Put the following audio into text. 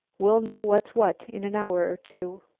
we'll know what's what in an hour or two.